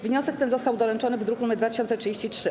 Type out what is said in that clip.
Wniosek ten został doręczony w druku nr 2033.